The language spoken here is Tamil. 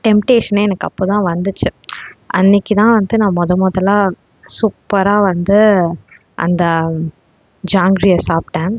டெம்டேஷனே எனக்கு அப்போ தான் வந்துச்சு அன்றைக்கி தான் வந்து நான் முத முதலா சூப்பராக வந்து அந்த ஜாங்கிரியை சாப்பிட்டேன்